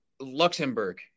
Luxembourg